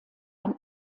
ein